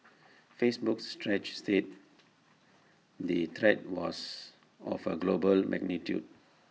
Facebook's stretch said the threat was of A global magnitude